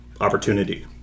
opportunity